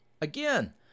Again